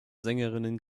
sängerinnen